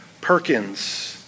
Perkins